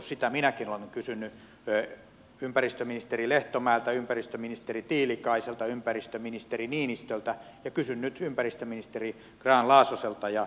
sitä minäkin olen kysynyt ympäristöministeri lehtomäeltä ym päristöministeri tiilikaiselta ympäristöministeri niinistöltä ja kysyn nyt ympäristöministeri grahn laasoselta